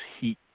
heat